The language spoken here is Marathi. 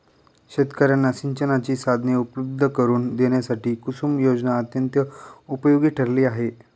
शेतकर्यांना सिंचनाची साधने उपलब्ध करून देण्यासाठी कुसुम योजना अत्यंत उपयोगी ठरली आहे